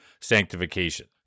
sanctification